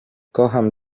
kocham